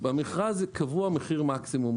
במכרז קבוע מחיר מקסימום,